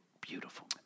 beautiful